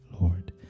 lord